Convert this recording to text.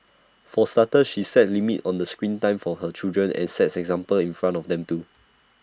for starters she set limits on the screen time for her children and sets an example in front of them too